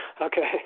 Okay